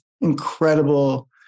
incredible